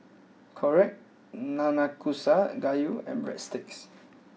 Korokke Nanakusa Gayu and Breadsticks